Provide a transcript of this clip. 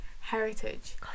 heritage